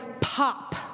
pop